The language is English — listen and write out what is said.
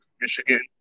Michigan